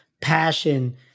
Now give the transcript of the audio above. passion